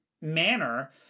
manner